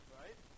right